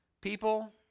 People